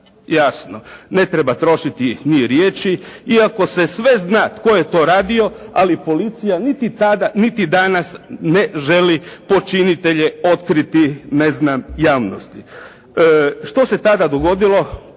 jasno, ne treba trošiti ni riječi iako se sve zna tko je to radio, ali policija niti tada niti danas ne želi počinitelje otkriti, ne znam, javnosti. Što se tada dogodilo?